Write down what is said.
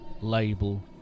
label